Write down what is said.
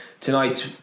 Tonight